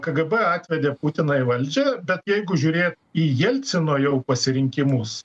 kgb atvedė putiną į valdžią bet jeigu žiūrėt į jelcino jau pasirinkimus